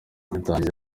yatangiye